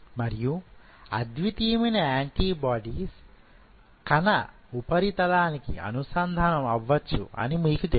మరియు అద్వితీయమైన ఆంటిబాడీస్ కణ ఉపరితలానికి అనుసంధానం అవ్వచ్చు అని మీకు తెలుసు